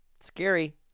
Scary